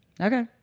Okay